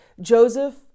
Joseph